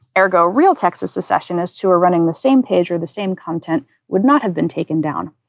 ergo, real texas secessionists who are running the same page or the same content would not have been taken down.